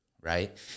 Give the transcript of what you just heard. right